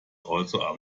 also